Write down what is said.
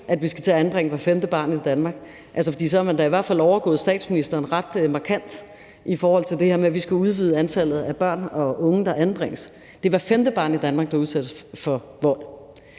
at vi skal til at anbringe hvert femte barn i Danmark, for så har man da i hvert fald overgået statsministeren ret markant i forhold til det her med, at vi skal udvide antallet af børn og unge, der anbringes. Det er hvert femte barn i Danmark, der udsættes for vold.